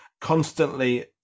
constantly